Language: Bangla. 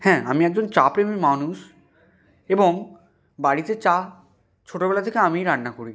হ্যাঁ আমি একজন চা প্রেমী মানুষ এবং বাড়িতে চা ছোটোবেলা থেকে আমিই রান্না করি